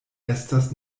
estas